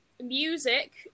Music